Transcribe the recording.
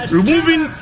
removing